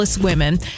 Women